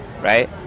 right